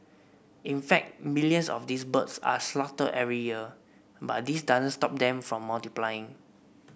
in fact millions of these birds are slaughtered every year but this doesn't stop them from multiplying